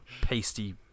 pasty